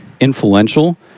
influential